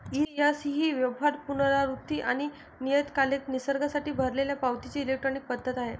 ECS ही व्यवहार, पुनरावृत्ती आणि नियतकालिक निसर्गासाठी भरलेल्या पावतीची इलेक्ट्रॉनिक पद्धत आहे